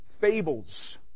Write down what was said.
fables